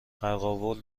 قرقاول